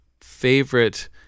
favorite